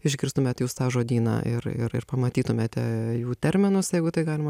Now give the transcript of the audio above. išgirstumėt jūs tą žodyną ir ir ir pamatytumėte jų terminus jeigu tai galima